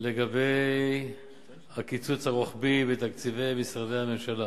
לגבי הקיצוץ הרוחבי בתקציבי משרדי הממשלה,